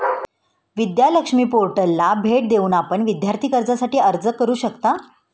विद्या लक्ष्मी पोर्टलला भेट देऊन आपण विद्यार्थी कर्जासाठी अर्ज करू शकता